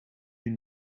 you